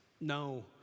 No